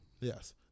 Yes